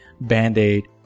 band-aid